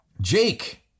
Jake